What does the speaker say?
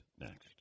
next